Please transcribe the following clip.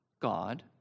God